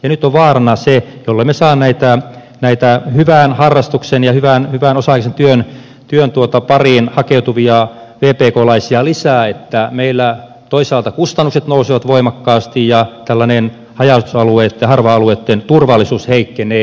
nyt on vaarana se jollemme saa näitä hyvän harrastuksen ja hyvän osa aikaisen työn pariin hakeutuvia vpklaisia lisää että meillä toisaalta kustannukset nousevat voimakkaasti ja haja asutusalueitten harva alueitten turvallisuus heikkenee